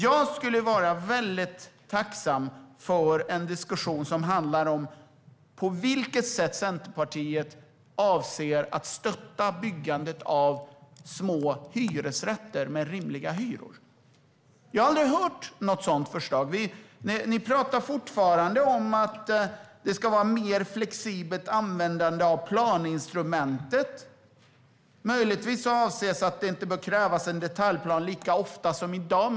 Jag skulle vara mycket tacksam för en diskussion som handlar om på vilket sätt Centerpartiet avser att stötta byggandet av små hyresrätter med rimliga hyror. Jag har aldrig hört något sådant förslag. Ni talar fortfarande om att det ska vara ett mer flexibelt användande av planinstrumentet. Möjligtvis avses att det inte bör krävas en detaljplan lika ofta som i dag.